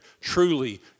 truly